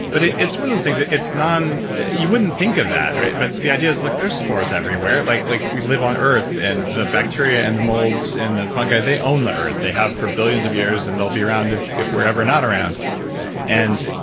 but it's one of those things, it's non. you wouldn't think of that, right? but the idea is, look, there's spores everywhere. like like we live on earth and the bacteria and the molds and the fungi, they own the earth. they have for billions of years and they'll be around if if we're ever not around and,